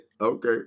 Okay